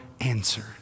answer